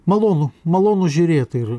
malonu malonu žiūrėt ir